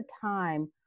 time